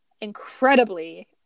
incredibly